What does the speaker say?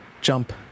jump